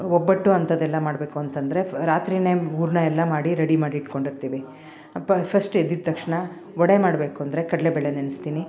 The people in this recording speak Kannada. ಒಬ್ಬಟ್ಟು ಅಂತದೆಲ್ಲಾ ಮಾಡಬೇಕು ಅಂತಂದರೆ ರಾತ್ರಿ ಹೂರಣ ಎಲ್ಲಾ ಮಾಡಿ ರೆಡಿ ಮಾಡಿಟ್ಕೊಂಡಿರ್ತೀವಿ ಅಪ ಫಸ್ಟು ಎದ್ದಿದ ತಕ್ಷಣ ವಡೆ ಮಾಡಬೇಕು ಅಂದರೆ ಕಡಲೆಬೇಳೆ ನೆನೆಸ್ತೀನಿ